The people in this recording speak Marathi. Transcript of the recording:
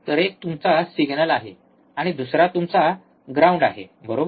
तर एक तुमचा सिग्नल आहे आणि दुसरा तुमचा ग्राउंड आहे बरोबर